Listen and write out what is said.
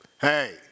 Hey